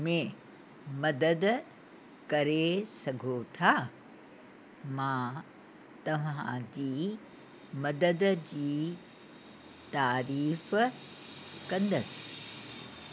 में मदद करे सघो था मां तव्हांजी मदद जी तारीफ़ कंदसि